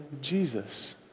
Jesus